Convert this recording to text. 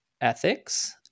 ethics